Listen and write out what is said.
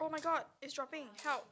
oh-my-god it's dropping help